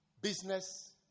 business